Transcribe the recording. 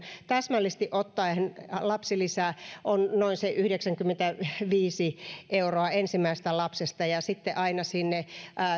täsmällisesti ottaen lapsilisä on se noin yhdeksänkymmentäviisi euroa ensimmäisestä lapsesta ja sitten aina suurin piirtein sinne